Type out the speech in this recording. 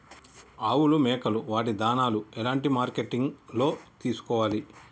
ఆవులు మేకలు వాటి దాణాలు ఎలాంటి మార్కెటింగ్ లో తీసుకోవాలి?